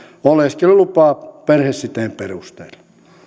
oleskelulupaa perhesiteen perusteella